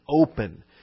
open